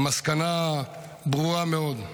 המסקנה ברורה מאוד,